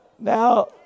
Now